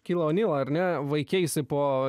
kilą onilą ar ne vaikeisi po